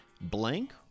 Blank